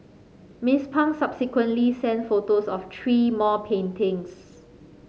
Miss Pang subsequently sent photos of three more paintings